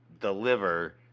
deliver